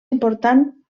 important